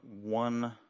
one